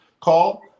call